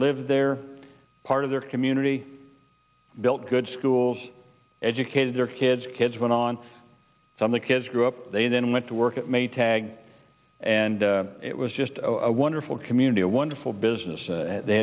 live there part of their community built good schools educated their kids kids went on some the kids grew up they then went to work at maytag and it was just a wonderful community a wonderful business and they